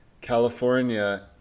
California